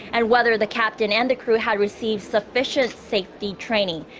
and whether the captain and crew had received sufficient safety training.